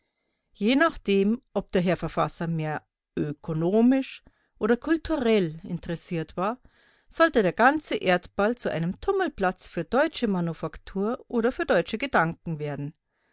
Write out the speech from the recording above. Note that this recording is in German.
je nachdem ob der herr verfasser mehr ökonomisch oder kulturell interessiert war sollte der ganze erdball zu einem tummelplatz für deutsche manufaktur oder für deutsche gedanken werden